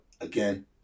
again